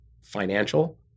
financial